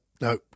no